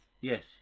Yes